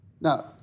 Now